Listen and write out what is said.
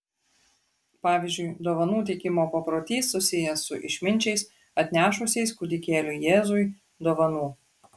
pavyzdžiui dovanų teikimo paprotys susijęs su išminčiais atnešusiais kūdikėliui jėzui dovanų